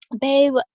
Babe